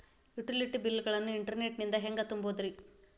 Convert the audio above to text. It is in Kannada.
ಯುಟಿಲಿಟಿ ಬಿಲ್ ಗಳನ್ನ ಇಂಟರ್ನೆಟ್ ನಿಂದ ಹೆಂಗ್ ತುಂಬೋದುರಿ?